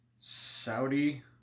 Saudi